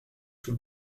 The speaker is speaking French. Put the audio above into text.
sous